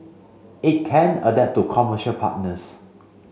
it can adapt to commercial partners